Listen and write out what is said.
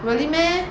really meh